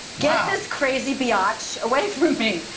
get this crazy biach away from me,